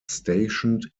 stationed